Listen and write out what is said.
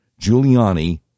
Giuliani